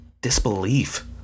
disbelief